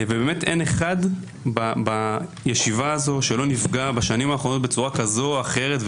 אין אחד בישיבה הזאת שלא נפגע בשנים האחרונות בצורה כזאת או אחרת,